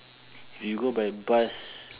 if you go by bus